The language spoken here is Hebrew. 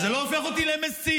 וזה לא הופך אותי למסית,